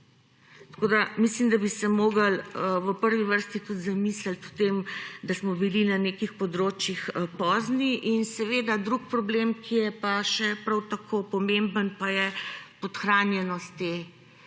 Tako da, mislim, da bi se mogli v prvi vrsti tudi zamislit o temu, da smo bili na nekih področjih pozni in seveda, drug problem, ki je pa še prav tako pomemben, pa je podhranjenost